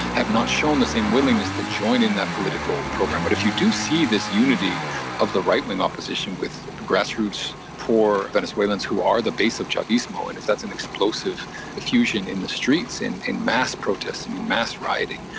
have not shown the same willingness to join in that political program. but if you do see this unity of the right-wing opposition with grassroots poor venezuelans who are the base of chavismo, and if that's an explosive explosive fusion in the streets in in mass protest and in mass rioting,